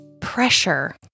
pressure